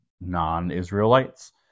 non-Israelites